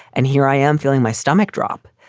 and here i am feeling my stomach drop.